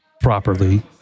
properly